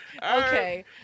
Okay